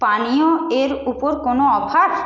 পানীয় এর উপর কোনও অফার